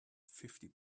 fifty